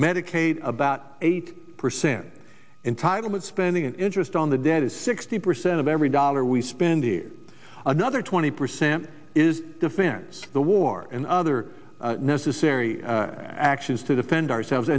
medicaid about eight percent entitlement spending and interest on the debt is sixty percent of every dollar we spend here another twenty percent is defense the war and other necessary actions to defend ourselves